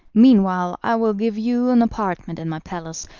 meanwhile i will give you an apartment in my palace,